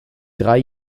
drei